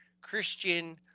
Christian